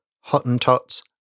Hottentots